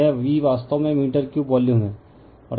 यह V वास्तव में मीटर क्यूब वॉल्यूम है